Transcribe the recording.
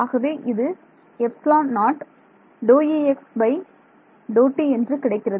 ஆகவே இது 0dExdt என்று கிடைக்கிறது